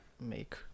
Make